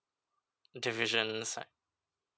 division side